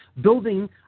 building